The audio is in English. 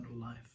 life